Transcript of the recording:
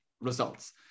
results